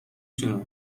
شونو